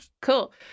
cool